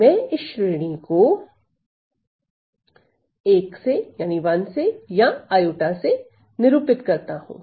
मैं इस श्रेणी को 1 या i से निरूपित करता हूं